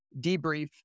debrief